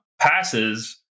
passes